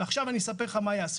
ועכשיו אני אספר לך מה יעשו.